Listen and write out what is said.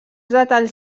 detalls